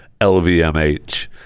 LVMH